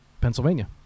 Pennsylvania